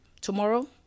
tomorrow